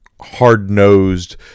hard-nosed